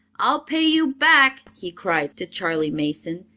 i'll pay you back! he cried, to charley mason,